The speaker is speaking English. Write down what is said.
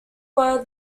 were